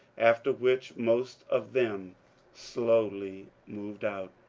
after which most of them slowly moved out,